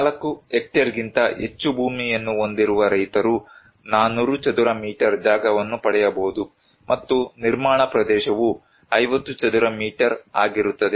4 ಹೆಕ್ಟೇರ್ಗಿಂತ ಹೆಚ್ಚು ಭೂಮಿಯನ್ನು ಹೊಂದಿರುವ ರೈತರು 400 ಚದರ ಮೀಟರ್ ಜಾಗವನ್ನು ಪಡೆಯಬಹುದು ಮತ್ತು ನಿರ್ಮಾಣ ಪ್ರದೇಶವು 50 ಚದರ ಮೀಟರ್ ಆಗಿರುತ್ತದೆ